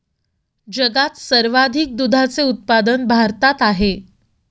जगात सर्वाधिक दुधाचे उत्पादन भारतात आहे